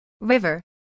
River